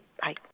Bye